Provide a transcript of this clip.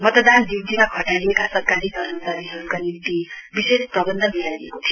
मतदान ड्यूटीमा खटाइएका सरकारी कर्मचारीहरूका निम्ति विशेष प्रवन्ध मिलाइएको थियो